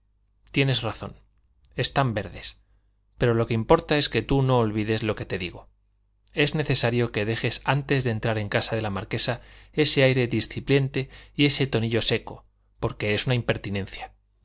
tienes razón están verdes pero lo que importa es que tú no olvides lo que te digo es necesario que dejes antes de entrar en casa de la marquesa ese aire displicente y ese tonillo seco porque es una impertinencia